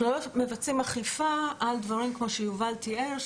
אנחנו לא מבצעים אכיפה על דברים כמו שיובל תיאר,